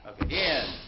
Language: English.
Again